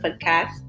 podcast